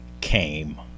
came